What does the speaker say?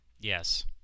Yes